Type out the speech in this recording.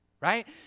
right